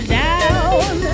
down